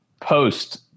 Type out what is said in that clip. post